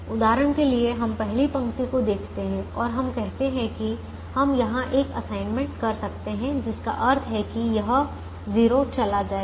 उदाहरण के लिए हम पहली पंक्ति को देखते हैं और हम कहते हैं कि हम यहां एक असाइनमेंट कर सकते हैं जिसका अर्थ है कि यह 0 चला जाएगा